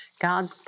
God